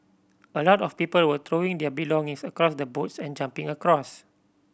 a lot of people were throwing their belongings across the boats and jumping across